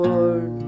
Lord